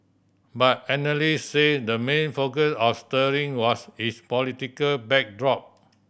but analyst said the main focus of sterling was its political backdrop